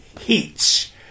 heats